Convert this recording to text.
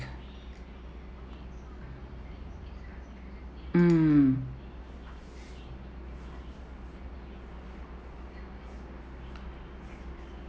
um